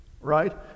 right